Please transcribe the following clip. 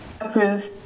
Approve